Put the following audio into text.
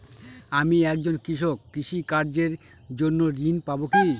আমি একজন কৃষক কৃষি কার্যের জন্য ঋণ পাব কি?